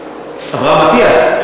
אברהם אטיאס?